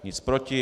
Nic proti.